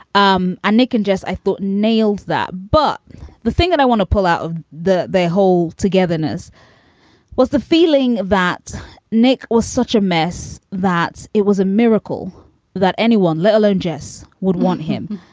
um ah nick and just i thought nailed that. but the thing that i want to pull out of the whole togetherness was the feeling that nick was such a mess that it was a miracle that anyone, let alone jess, would want him.